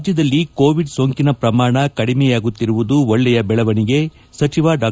ರಾಜ್ಯದಲ್ಲಿ ಕೋವಿಡ್ ಸೋಂಕಿನ ಪ್ರಮಾಣ ಕಡಿಮೆಯಾಗುತ್ತಿರುವುದು ಒಳ್ಳೆಯ ಬೆಳವಣಿಗೆ ಸಚಿವ ಡಾ